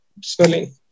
swelling